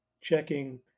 checking